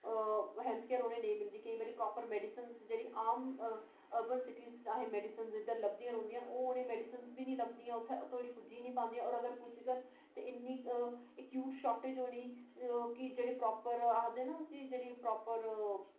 नेईं मिलदी केईं बारी आम मेडीसन अर्बन सिटी च असेंगी लभदियां रौहंदियां ओह् उ'नेंगी मेडीसन बी निं लभदियां उत्थूं तोड़ी पुज्जी निं पांदियां ते अगर पुज्जङन की जेह्ड़े प्रॉपर ना आखदे निं जेह्ड़े प्रॉपर